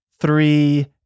three